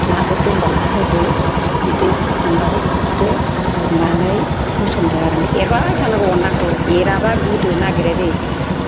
नाफोर दंबा ना होदो दैखौ अनलाखौ उरगोरदो उरनानै होसनदो आरो ओमफ्राय एरबाय थानांगौ अनला ओंख्रिखौ एराबा गोदोनो नागिरो दे